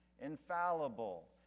infallible